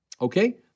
Okay